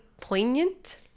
poignant